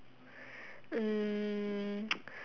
um